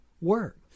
work